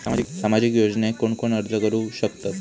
सामाजिक योजनेक कोण कोण अर्ज करू शकतत?